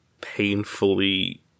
painfully